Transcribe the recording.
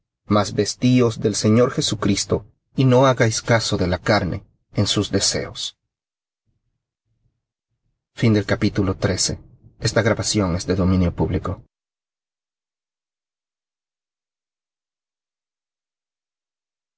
mas vestíos del señor jesucristo y no hagáis caso de la carne en deseos